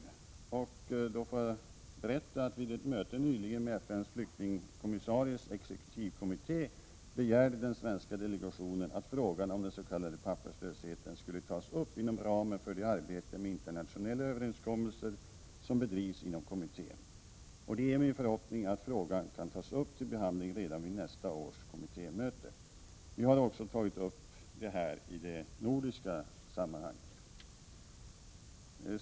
Då får jag berätta att den svenska delegationen vid ett möte nyligen med FN:s flyktingkommissaries exekutivkommitté begärde att frågan om s.k. papperslöshet skulle tas upp inom ramen för det arbete med internationella överenskommelser som bedrivs inom kommittén. Det är min förhoppning att frågan kan tas upp till behandling redan vid nästa års kommittémöte. Vi har också tagit upp frågan i nordiska sammanhang.